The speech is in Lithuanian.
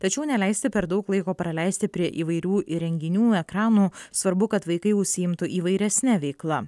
tačiau neleisti per daug laiko praleisti prie įvairių įrenginių ekranų svarbu kad vaikai užsiimtų įvairesne veikla